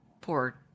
Poor